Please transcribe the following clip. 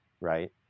Right